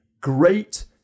great